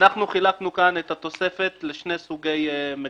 אנחנו חילקנו כאן את התוספת לשני סוגי מגדלים.